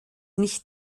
nicht